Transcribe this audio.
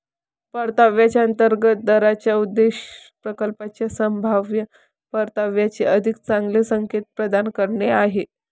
परताव्याच्या अंतर्गत दराचा उद्देश प्रकल्पाच्या संभाव्य परताव्याचे अधिक चांगले संकेत प्रदान करणे आहे